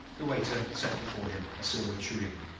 the waiter set before him a silver tureen,